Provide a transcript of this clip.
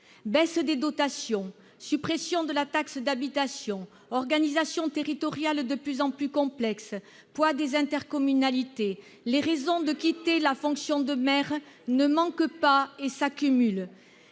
Baisse des dotations, suppression de la taxe d'habitation, organisation territoriale de plus en plus complexe, poids des intercommunalités : les raisons de quitter la fonction de maire ne manquent pas et s'accumulent.